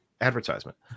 advertisement